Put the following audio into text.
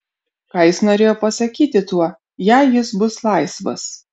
ką jis norėjo pasakyti tuo jei jis bus laisvas